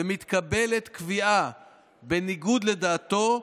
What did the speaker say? ומתקבלת קביעה בניגוד לדעתו,